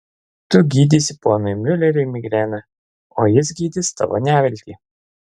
tu gydysi ponui miuleriui migreną o jis gydys tavo neviltį